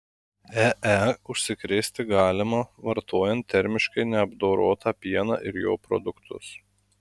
ee užsikrėsti galima vartojant termiškai neapdorotą pieną ar jo produktus